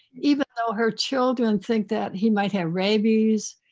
even though her children think that he might have rabies,